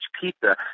pizza